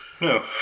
no